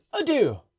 adieu